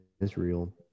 Israel